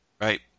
right